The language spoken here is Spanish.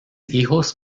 hijos